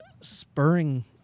spurring